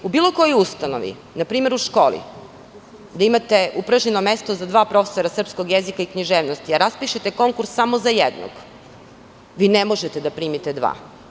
U bilo kojoj ustanovi, na primer u školi, da imate upražnjeno mesto za dva profesora srpskog jezika i književnosti, a raspišete konkurs samo za jednog, vi ne možete da primite dva.